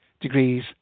degrees